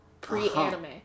pre-anime